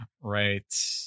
right